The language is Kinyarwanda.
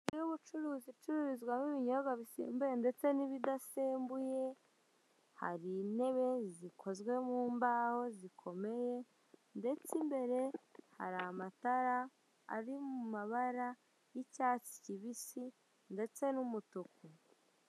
Inzu y'ubucuruzi icururizwamo ibinyobwa bisembuye ndetse n'ibidasembuye, Hari intebe zikozwe mu mbaho zikomeye ndetse imbere hari amatara ari mu mabara y'icyatsi kibisi ndetse n'umutuku.